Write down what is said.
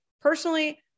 personally